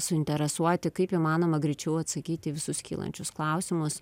suinteresuoti kaip įmanoma greičiau atsakyti į visus kylančius klausimus